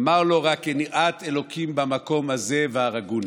אמר לו: "רק אין יראת ה' במקום הזה והרגוני".